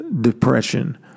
depression